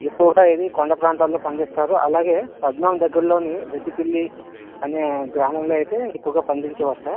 ఎక్కువగా ఇది కొండా ప్రాంతాల్లో పనిచేస్తారు అలాగే పద్మం దగ్గర్లోని రెడ్డి పిల్లి అనే గ్రామంలో అయితే ఎక్కువగా పండించేవారు సార్